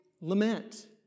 lament